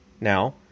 now